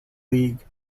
league